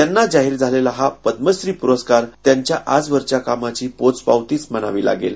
त्यांना जाहीर झालेला हा पद्मश्री प्रस्कार त्यांच्या आजवरच्या कामाची पोचपावतीच म्हणावी लागेल